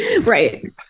Right